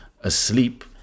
asleep